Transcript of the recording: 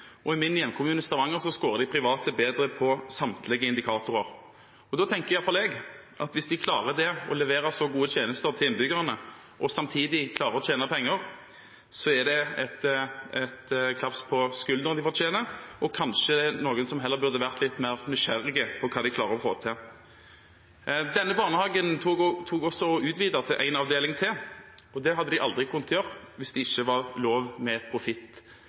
barnehage. I min hjemkommune, Stavanger, skårer de private bedre på samtlige indikatorer. Og da tenker iallfall jeg at hvis de klarer å levere så gode tjenester til innbyggerne, og samtidig klarer å tjene penger, er det en klapp på skulderen de fortjener – og kanskje noen som heller burde vært litt mer nysgjerrig på hva de klarer å få til. Denne barnehagen utvidet med en avdeling til, og det hadde de aldri kunnet gjøre hvis det ikke var lovlig med en liten profitt